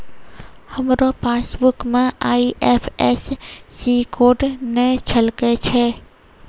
हमरो पासबुक मे IFSC code नै झलकै छै